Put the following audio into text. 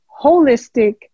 holistic